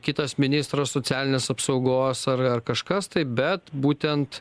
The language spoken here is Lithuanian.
kitas ministras socialinės apsaugos ar kažkas tai bet būtent